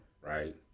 right